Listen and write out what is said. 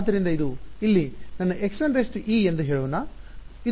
ಆದ್ದರಿಂದ ಇದು ಇಲ್ಲಿ ನನ್ನ x1e ಎಂದು ಹೇಳೋಣ ಇದು ಇಲ್ಲಿ ನನ್ನ x2e ಆಗಿದೆ